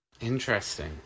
Interesting